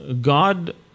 God